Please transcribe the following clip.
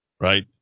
right